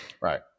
Right